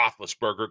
Roethlisberger